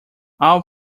all